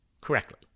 correctly